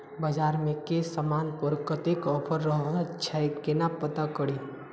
बजार मे केँ समान पर कत्ते ऑफर रहय छै केना पत्ता कड़ी?